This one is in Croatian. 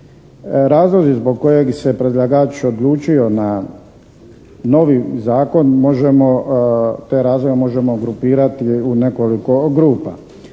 Razlozi zbog kojeg se predlagač odlučio na novi zakon možemo te razloge grupirati u nekoliko grupa.